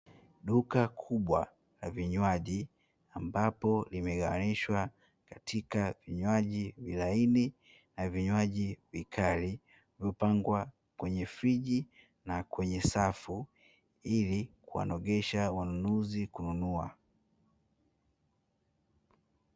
Duka kubwa la vinywaji ambapo limegawanishwa katika vinywaji vilaini na vinywaji vikali, vilivyopangwa kwenye friji na kwenye safu ili kuwanogesha wanunuzi kununua.